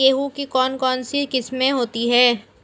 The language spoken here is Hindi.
गेहूँ की कौन कौनसी किस्में होती है?